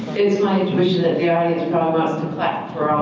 it's my intuition that the audience probably wants to clap for